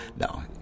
No